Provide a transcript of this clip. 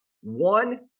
one